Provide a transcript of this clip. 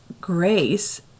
grace